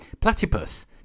platypus